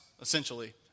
essentially